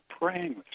praying